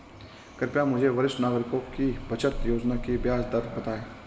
कृपया मुझे वरिष्ठ नागरिकों की बचत योजना की ब्याज दर बताएं